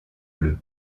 bleus